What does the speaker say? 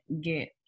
get